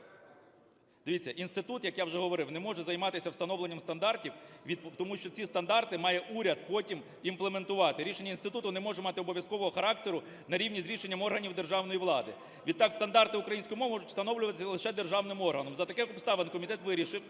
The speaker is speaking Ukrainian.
Дивіться, інститут, як я вже говорив, не може займатися встановленням стандартів, тому що ці стандарти має уряд потім імплементувати. Рішення інституту не може мати обов'язкового характеру на рівні з рішенням органів державної влади. Відтак стандарти української мови можуть встановлюватись лише державним органом. За таких обставин комітет вирішив,